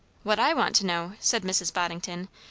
what i want to know, said mrs. boddington,